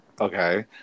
Okay